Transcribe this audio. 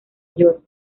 york